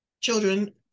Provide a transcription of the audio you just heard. children